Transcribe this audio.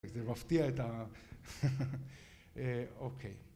זה מפתיע את ה... אוקיי.